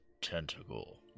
tentacle